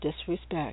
disrespect